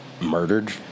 Murdered